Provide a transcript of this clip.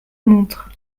montre